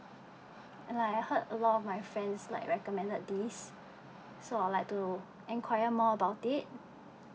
and I heard a lot of my friends like recommended this so I'd like to enquire more about it